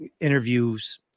interviews